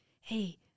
Hey